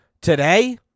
today